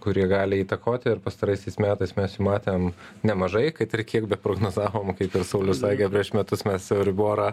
kurie gali įtakoti ir pastaraisiais metais mes jų matėm nemažai kad ir kiek beprognozavom kaip ir saulius sakė prieš metus mes euriborą